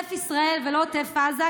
עוטף ישראל ולא עוטף עזה,